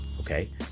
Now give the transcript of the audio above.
okay